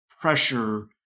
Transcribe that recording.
pressure